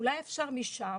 אולי אפשר לקחת משם